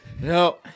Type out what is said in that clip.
No